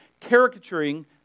caricaturing